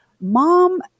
Mom